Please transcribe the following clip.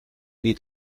dit